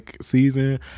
season